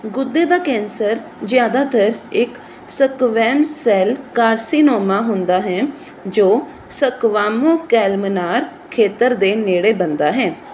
ਗੁੱਦੇ ਦਾ ਕੈਂਸਰ ਜ਼ਿਆਦਾਤਰ ਇੱਕ ਸਕਵੈਮਸ ਸੈੱਲ ਕਾਰਸੀਨੋਮਾ ਹੁੰਦਾ ਹੈ ਜੋ ਸਕਵਾਮੋ ਕੋਲਮਨਾਰ ਖੇਤਰ ਦੇ ਨੇੜੇ ਬਣਦਾ ਹੈ